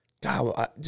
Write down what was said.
God